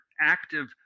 active